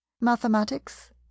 mathematics